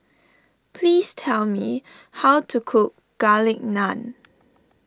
please tell me how to cook Garlic Naan